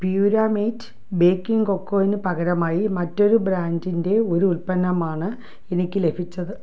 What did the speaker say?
പ്യുരാമേറ്റ് baking കൊക്കോന് പകരമായി മറ്റൊരു ബ്രാൻഡിന്റെ ഒരു ഉൽപ്പന്നമാണ് എനിക്ക് ലഭിച്ചത്